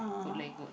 good leh good